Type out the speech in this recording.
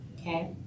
Okay